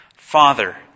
Father